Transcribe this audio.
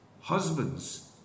husbands